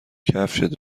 کفشت